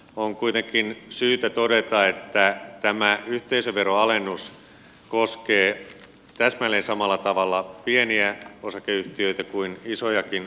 on kuitenkin syytä todeta että tämä yhteisöveroalennus koskee täsmälleen samalla tavalla pieniä osakeyhtiöitä kuin isojakin osakeyhtiöitä